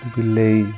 ବିଲେଇ